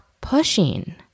pushing